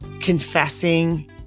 confessing